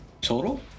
Total